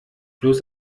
bloß